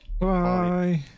Bye